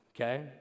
okay